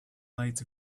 lights